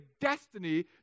destiny